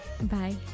Bye